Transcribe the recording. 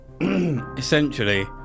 essentially